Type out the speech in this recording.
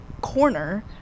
corner